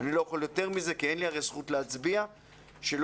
לא יותר מזה כי אין לי זכות הצבעה לא